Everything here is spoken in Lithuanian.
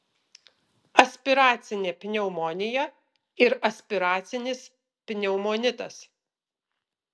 aspiracinė pneumonija ir aspiracinis pneumonitas